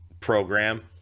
program